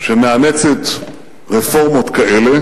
שמאמצת רפורמות כאלה,